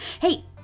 Hey